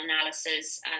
analysis